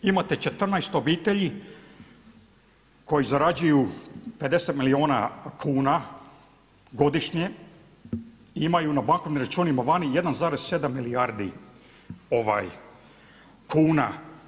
Imate 14 obitelji koje zarađuju 50 milijuna kuna godišnje i imaju na bankovnim računima vani 1,7 milijardi kuna.